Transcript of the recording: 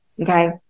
Okay